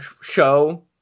show